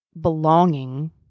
belonging